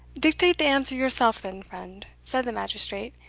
dictate the answer yourself then, friend, said the magistrate,